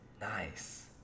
Nice